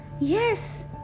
Yes